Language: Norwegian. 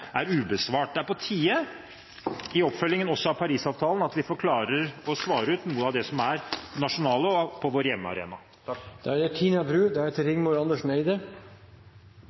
er ubesvart. Det er på tide i oppfølgingen også av Paris-avtalen at vi klarer å svare ut noe av det som er nasjonalt, på vår hjemmearena.